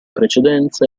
precedenza